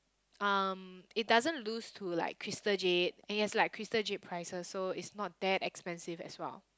um it doesn't lose to like Crystal-Jade and it has like Crystal-Jade prices so is not that expensive as well